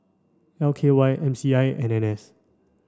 L K Y M C I and N S